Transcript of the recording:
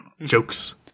jokes